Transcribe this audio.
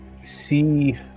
see